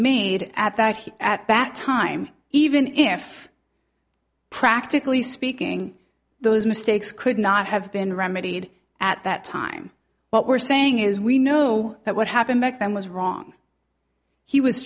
made at that he at that time even if practically speaking those mistakes could not have been remedied at that time what we're saying is we know that what happened back then was wrong he was